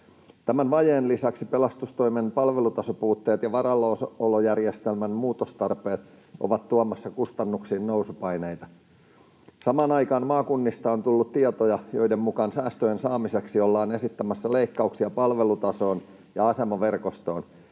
Tämän vajeen lisäksi pelastustoimen palvelutasopuutteet ja varallaolojärjestelmän muutostarpeet ovat tuomassa kustannuksiin nousupaineita. Samaan aikaan maakunnista on tullut tietoja, joiden mukaan säästöjen saamiseksi ollaan esittämässä leikkauksia palvelutasoon ja asemaverkostoon,